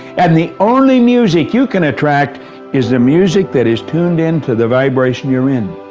and the only music you can attract is the music that is tuned in to the vibration you're in.